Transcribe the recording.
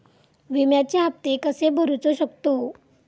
विम्याचे हप्ते कसे भरूचो शकतो?